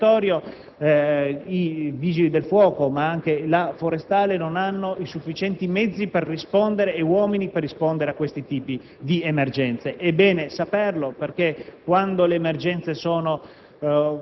Sul territorio i Vigili del fuoco, ma anche la Guardia forestale, non hanno sufficienti mezzi e uomini per rispondere a questo tipo di emergenze. È bene saperlo, perché quando le emergenze sono